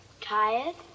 Tired